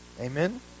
Amen